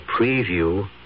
preview